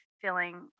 feeling